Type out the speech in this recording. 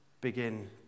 begin